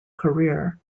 career